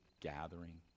gathering